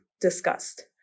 discussed